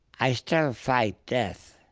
i still fight death.